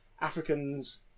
Africans